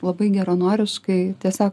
labai geranoriškai tiesiog